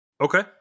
Okay